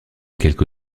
quelque